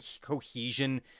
cohesion